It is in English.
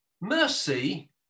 Mercy